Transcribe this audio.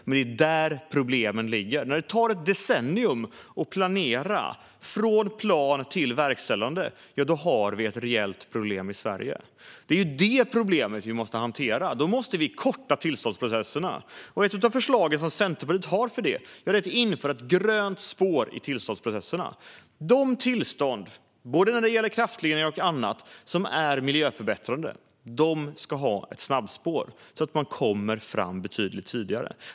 Men det är där problemen ligger. När det tar ett decennium att gå från plan till verkställande har vi ett reellt problem i Sverige. Det är detta problem vi måste hantera. Vi måste korta tillståndsprocesserna. Ett av de förslag som Centerpartiet har för detta är att införa ett grönt spår i tillståndsprocesserna. De tillstånd, gällande både kraftledningar och annat, som är miljöförbättrande ska ha ett snabbspår så att man kommer fram betydligt tidigare.